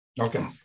Okay